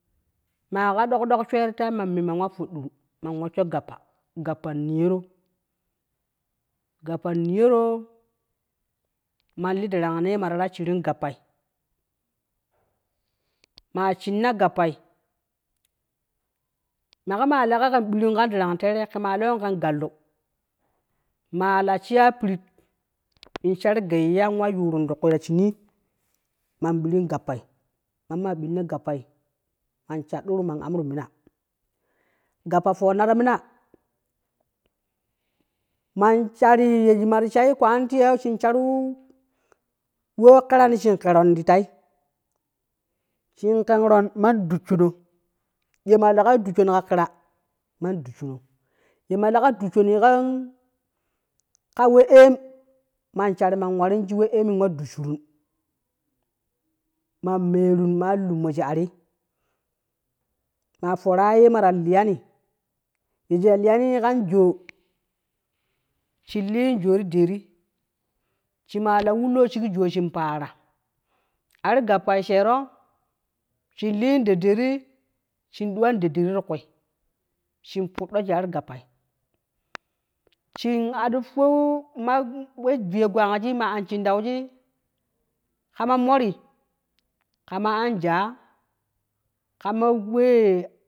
Maa ka dok dok swe ti tai man me man wa ⼲odduru, man wessho gappa, gappan niyoro, gappa niyoroo man li darang nee mata shiring gappai maa shinna gappai maka maa lega ken biri kan darang terei kemaa lewon ken galu, ma'a la shiya pirit, in shar gaiya in wa yuurun ti kui ta shinii man birin gappai mamma ɓinno gappai mamma ɓinno gappai man shadduru man amrun mina, gappa ⼲onna ta mina man shari ye maji ta shai kwanu tiyau shin sharu wo kerani shin keron ti tai, shin kenron man dushuno, ye ma legain dushuni ka kira man dushuno ye ma lega dushuni ka-kawe emman shaari man warin shi we emman dushurun, man merun man wa limmo shig ari, maa ⼲ora ye mata liyam ye shi ta liyani kan joo shin lin joo ti dedii shimaa la wullo shig joo shin paara, ar gappai sheero, shin lin deddedi shin duwan deddedi ti kui, shin ⼲uddo shig ar gappai shin hadu ⼲un- ma-we-viye gwang ji ma anshin dauji, kama mori, kama anjaa kama wee.